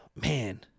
man